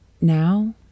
Now